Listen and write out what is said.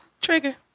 Trigger